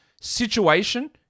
situation